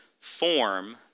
form